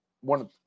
one